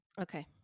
okay